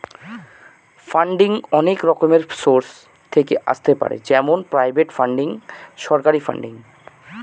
funding অনেক রকমের source থেকে আসতে পারে যেমন প্রাইভেট ফান্ডিং, সরকারি ফান্ডিং